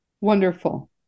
Wonderful